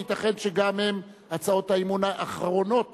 ייתכן שהן גם הצעות האי-אמון האחרונות